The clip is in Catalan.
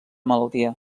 malaltia